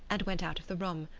and went out of the room.